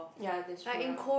ya that's true lah